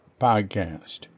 podcast